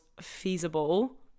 feasible